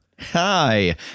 Hi